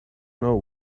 know